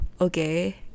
okay